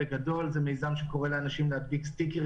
בגדול זה מיזם שקורא לאנשים להדביק סטיקרים